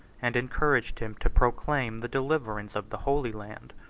and encouraged him to proclaim the deliverance of the holy land.